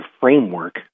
framework